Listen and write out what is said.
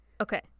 Okay